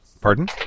Pardon